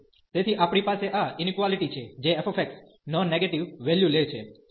તેથી આપણી પાસે આ ઇનક્વાલીટી છે જે fx નોન નેગેટીવ વેલ્યુ લે છે